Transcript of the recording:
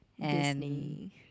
Disney